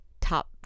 top